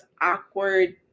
awkward